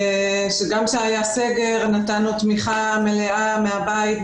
גם כשהיה סגר נתנו תמיכה מלאה מהבית,